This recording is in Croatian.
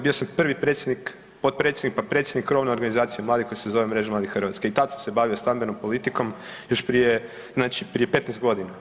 Bio sam prvi predsjednik, potpredsjednik, pa predsjednik krovne organizacije mladih koja se zove „Mreža mladih Hrvatske“ i tada sam se bavio stambenom politikom još prije znači prije 15 godina.